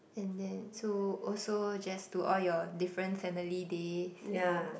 and then so also just to all your different family days and all that